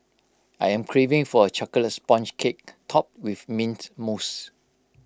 I am craving for A Chocolate Sponge Cake Topped with Mint Mousse